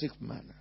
manner